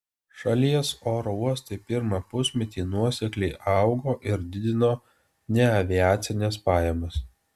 šalies oro uostai pirmą pusmetį nuosekliai augo ir didino neaviacines pajamas